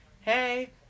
hey